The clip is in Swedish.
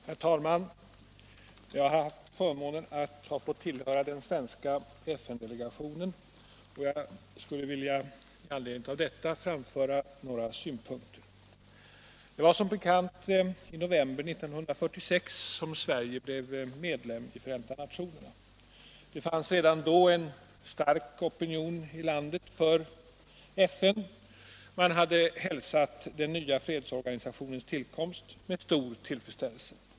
Herr talman! Jag har haft förmånen att få tillhöra den svenska FN delegationen, och jag vill i anledning därav framföra några synpunkter. Det var som bekant i november 1946 som Sverige blev medlem i Förenta nationerna. Det fanns redan då en stark opinion i landet för FN. Man hade hälsat den nya fredsorganisationens tillkomst med stor tillfredsställelse.